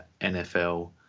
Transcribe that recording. NFL